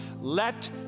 Let